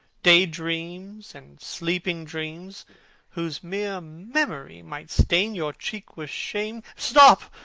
day-dreams and sleeping dreams whose mere memory might stain your cheek with shame stop!